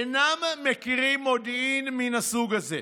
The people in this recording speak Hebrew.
אין מכירים מודיעין מן הסוג הזה.